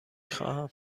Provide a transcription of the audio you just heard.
خواهم